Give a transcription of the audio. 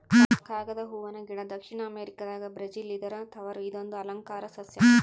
ಕಾಗದ ಹೂವನ ಗಿಡ ದಕ್ಷಿಣ ಅಮೆರಿಕಾದ ಬ್ರೆಜಿಲ್ ಇದರ ತವರು ಇದೊಂದು ಅಲಂಕಾರ ಸಸ್ಯ